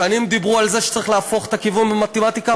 שנים דיברו על זה שצריך להפוך את הכיוון במתמטיקה,